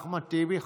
אחמד טיבי.